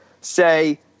say